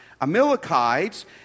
Amalekites